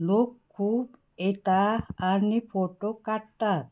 लोक खूब येता आनी फोटो काडटात